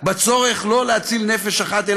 בצורך להציל לא נפש אחת,